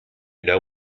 know